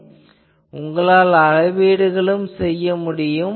மேலும் உங்களால் அளவீடும் செய்ய முடியும்